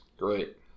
Great